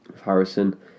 Harrison